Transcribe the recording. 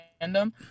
random